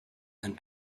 and